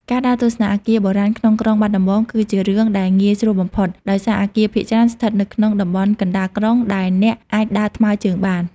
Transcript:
ការដើរទស្សនាអគារបុរាណក្នុងក្រុងបាត់ដំបង គឺជារឿងដែលងាយស្រួលបំផុត ដោយសារអគារភាគច្រើនស្ថិតនៅក្នុងតំបន់កណ្តាលក្រុងដែលអ្នកអាចដើរថ្មើរជើងបាន។